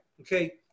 Okay